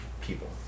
People